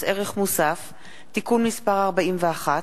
הצעת חוק מס ערך מוסף (תיקון מס' 41)